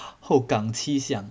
后港七巷